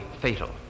fatal